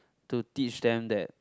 to teach them that